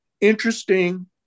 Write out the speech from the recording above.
interesting